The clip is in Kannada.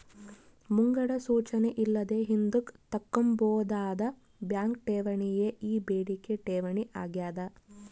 ಮುಂಗಡ ಸೂಚನೆ ಇಲ್ಲದೆ ಹಿಂದುಕ್ ತಕ್ಕಂಬೋದಾದ ಬ್ಯಾಂಕ್ ಠೇವಣಿಯೇ ಈ ಬೇಡಿಕೆ ಠೇವಣಿ ಆಗ್ಯಾದ